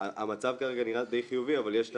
המצב כרגע נראה די חיובי אבל יש את